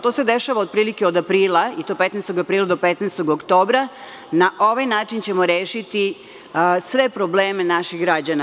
To se dešava otprilike od aprila i to od 15. aprila do 15. oktobra na ovaj način ćemo rešiti sve probleme naših građana.